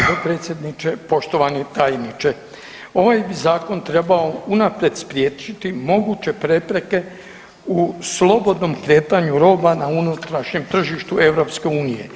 Poštovani dopredsjedniče, poštovani tajniče, ovaj bi zakon trebao unaprijed spriječiti moguće prepreke u slobodnom kretanju roba na unutrašnjem tržištu EU.